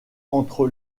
entre